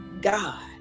God